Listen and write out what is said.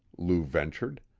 lou ventured.